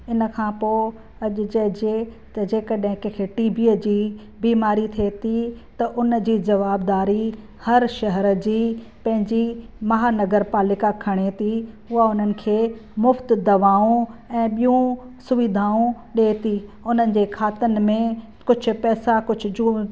हिनखां पोइ अॼु चएजे त जेके ॾह के टीबीअ जी बीमारी थिए थी त उन जी जवाबदारी हर शहरु जी पंहिंजी महानगर पालिका खणे थी हूअ हुननि खे मुफ़्त दवाऊं ऐं ॿियूं सुविधाऊं ॾिए थी उनजे खातनि में कुझु पैसा कुझु जू